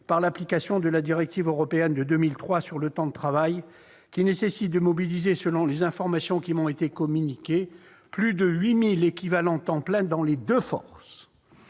par l'application de la directive européenne de 2003 sur le temps de travail, qui nécessite de mobiliser, selon les informations qui m'ont été communiquées, plus de 8 000 équivalents temps plein dans les deux forces.